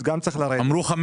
נקודה.